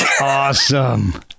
Awesome